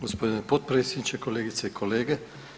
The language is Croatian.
Gospodine potpredsjedniče, kolegice i kolege.